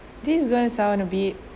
this is going to sound a bit